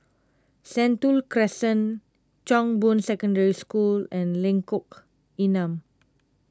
Sentul Crescent Chong Boon Secondary School and Lengkok Enam